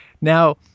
Now